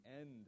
end